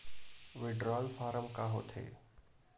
Withdrawal form का होथे?